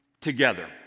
together